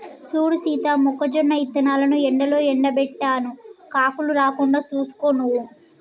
సూడు సీత మొక్కజొన్న ఇత్తనాలను ఎండలో ఎండబెట్టాను కాకులు రాకుండా సూసుకో నువ్వు